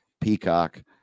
Peacock